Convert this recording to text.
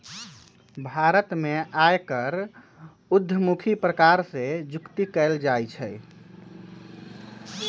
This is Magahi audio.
भारत में आयकर उद्धमुखी प्रकार से जुकती कयल जाइ छइ